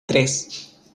tres